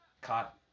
caught